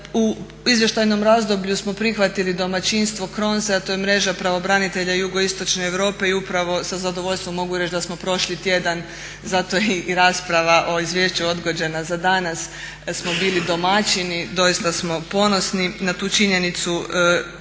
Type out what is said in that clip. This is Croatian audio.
U izvještajnom razdoblju smo prihvatili domaćinstvo CRONSEE-a to je Mreža pravobranitelja Jugoistočne Europe i upravo sa zadovoljstvom mogu reći da smo prošli tjedan zato i je i rasprava o izvješću odgođena za danas smo bili domaćini i doista smo ponosni na tu činjenicu.